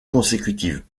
consécutive